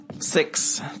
six